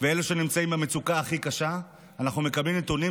ואלה שנמצאים במצוקה הכי קשה אנחנו מקבלים נתונים